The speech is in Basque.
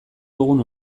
dugun